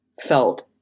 felt